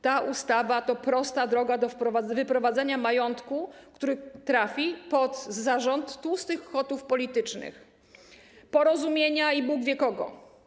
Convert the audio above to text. Ta ustawa to prosta droga do wyprowadzenia majątku, który trafi pod zarząd tłustych kotów politycznych Porozumienia i Bóg wie kogo.